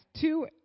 two